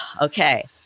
okay